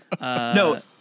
No